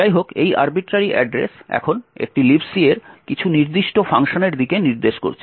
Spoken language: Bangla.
যাইহোক এই আর্বিট্রারি অ্যাড্রেস এখন একটি Libc এর কিছু নির্দিষ্ট ফাংশনের দিকে নির্দেশ করছে